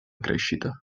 crescita